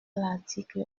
l’article